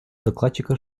докладчика